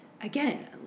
Again